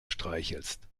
streichelst